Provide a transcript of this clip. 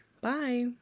Bye